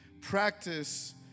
Practice